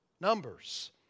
numbers